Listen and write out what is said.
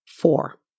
four